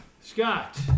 Scott